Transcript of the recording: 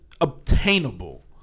Obtainable